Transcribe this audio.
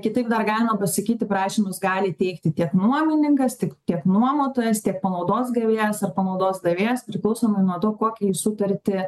kitaip dar galima pasakyti prašymus gali teikti tiek nuomininkas tik tiek nuomotojas tiek panaudos gavėjas ar panaudos davėjas priklausomai nuo to kokį sutartį